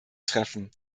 treffen